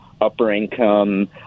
upper-income